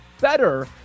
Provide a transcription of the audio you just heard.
better